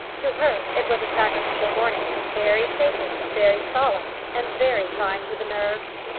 to her it was a sacrificial morning very sacred, very solemn, and very trying to the nerves.